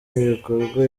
ibikorwa